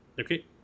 okay